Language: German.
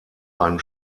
einen